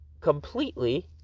completely